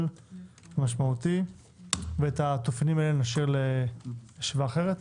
ומשמעותי ואת התופינים האלה נשאיר לישיבה אחרת.